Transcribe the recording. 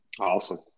Awesome